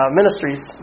ministries